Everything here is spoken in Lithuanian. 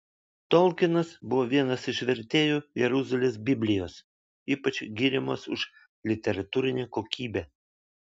tolkinas buvo vienas iš vertėjų jeruzalės biblijos ypač giriamos už literatūrinę kokybę